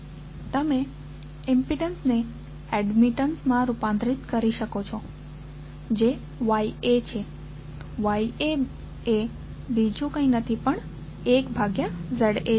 તમે ઈમ્પિડન્સ ને એડમિટન્સ માં રૂપાંતરિત કરી શકો છો જે YA છે YA એ બીજું કંઈ નથી પણ 1 ભાગ્યા ZA છે